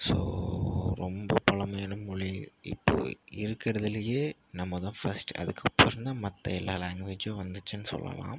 so ரொம்ப பழமையான மொழி இப்போது இருக்கிறதுலயே நம்ம தான் ஃபஸ்ட் அதுக்கப்புறம் தான் மற்ற எல்லா லாங்குவேஜும் வந்துச்சின்னு சொல்லலாம்